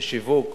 בשיווק